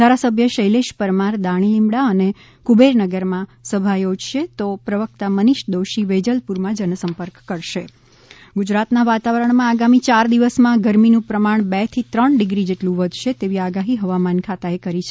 ધારાસભ્ય શૈલેષ પરમાર દાની લીમડા અને કુબેરનગર માં સભા યોજશે તો પ્રવકતા મનીષ દોશી વેજલપુર માં જનસંપર્ક કરશે હવામાન ગુજરાતના વાતાવરણમાં આગામી ચાર દિવસમાં ગરમીનું પ્રમાણ બે થી ત્રણ ડિગ્રી જેટલું વધશે તેવી આગાહી હવામાન ખાતાએ કરી છે